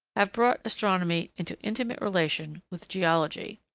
have brought astronomy into intimate relation with geology.